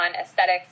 aesthetics